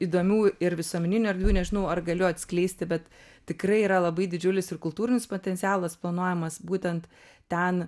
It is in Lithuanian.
įdomių ir visuomeninių erdvių nežinau ar galiu atskleisti bet tikrai yra labai didžiulis ir kultūrinis potencialas planuojamas būtent ten